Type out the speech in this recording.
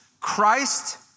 Christ